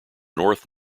north